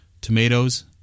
tomatoes